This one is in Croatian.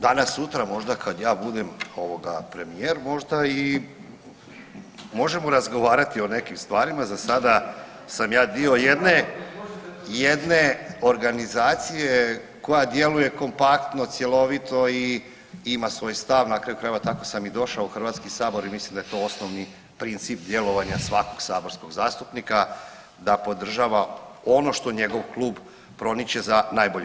Danas sutra možda kad ja budem premijer možda i možemo razgovarati o nekim stvarima, za sada sam ja dio jedne organizacije koja djeluje kompaktno cjelovito i ima svoj stav, na kraju krajeva tako sam i došao HS i mislim da je to osnovni princip djelovanja svakog saborskog zastupnika da podržava ono što njegov klub promiče za najbolje.